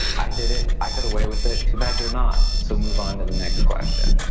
i did it, i got away with it, too bad you're not. so move on to the next question.